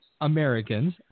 Americans –